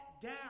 down